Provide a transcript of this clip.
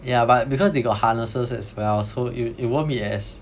yeah but because they got harnesses as well so i~ it won't be as